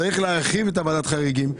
צריך להרחיב את ועדת החריגים,